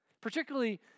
Particularly